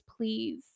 please